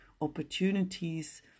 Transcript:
opportunities